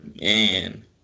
Man